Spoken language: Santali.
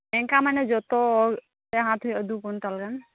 ᱮᱱᱠᱟ ᱢᱟᱱᱮ ᱡᱚᱛᱚ ᱦᱟᱛ ᱦᱩᱭᱩᱜᱼᱟ ᱫᱩ ᱠᱩᱱᱴᱟᱞ ᱜᱟᱱ